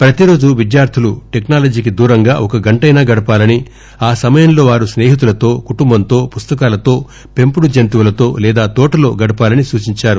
ప్రతి రోజూ విద్యార్గులు టెక్పాలజీకి దూరంగా ఒక గంటయినా గడపాలని ఆ సమయంలో వారు స్నేహితులతో కుటుంబంతో పుస్తకాలతో పెంపుడు జంతువులతో లేదా తోటలో గడపాలని సూచించారు